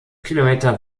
kilometer